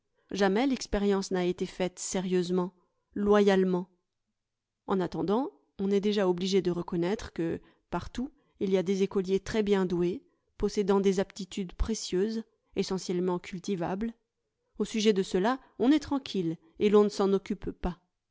jamais l'expérience n'a été faite sérieusement loyalement en attendant on est déjà obligé de reconnaître que partout il y a des écoliers très bien doués possédant des aptitudes précieuses essentiellement cultivables au sujet de ceux-là on est tranquille et l'on ne s'en occupe pas